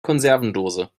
konservendose